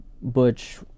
butch